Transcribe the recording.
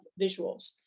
visuals